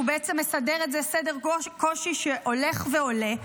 והוא בעצם מסדר את זה בסדר קושי שהולך ועולה,